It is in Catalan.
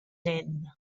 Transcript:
nen